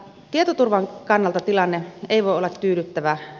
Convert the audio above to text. tietoturvan kannalta tilanne ei voi olla tyydyttävä